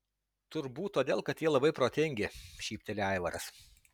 turbūt todėl kad jie labai protingi šypteli aivaras